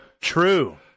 true